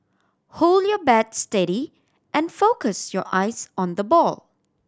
hold your bat steady and focus your eyes on the ball